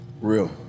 Real